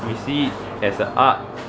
we see it as a art